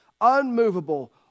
unmovable